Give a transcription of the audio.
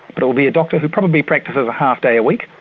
but it will be a doctor who probably practises a half-day a week,